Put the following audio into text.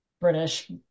British